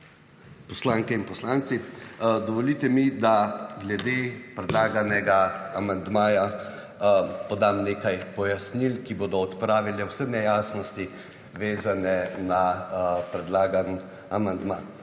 poslanke in poslanci! Dovolite mi, da glede predlaganega amandmaja podam nekaj pojasnil, ki bodo odpravile vse nejasnosti, vezane na predlagani amandma.